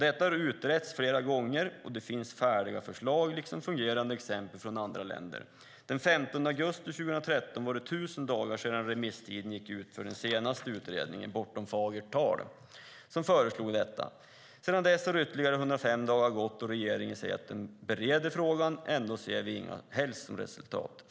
Detta har utretts flera gånger, och det finns färdiga förslag liksom fungerande exempel från andra länder. Den 15 augusti 2013 var det 1 000 dagar sedan remisstiden gick ut för den senaste utredningen, Bortom fagert tal , som föreslog detta. Sedan dess har ytterligare 105 dagar gått, och regeringen säger att den bereder frågan. Ändå ser vi inga som helst resultat.